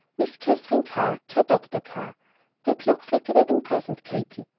miss katherine carr, care dr. carr. that looks like a wedding present, katy.